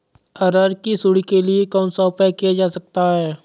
अरहर की सुंडी के लिए कौन सा उपाय किया जा सकता है?